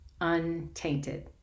untainted